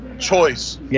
choice